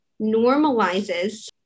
normalizes